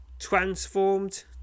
transformed